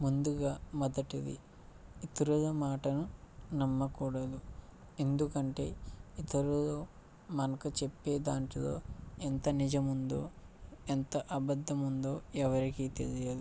ముందుగా మొదటిది ఇతరుల మాటను నమ్మకూడదు ఎందుకంటే ఇతరులు మనకు చెప్పే దాంట్లో ఎంత నిజం ఉందో ఎంత అబద్ధం ఉందో ఎవరికీ తెలియదు